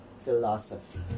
philosophy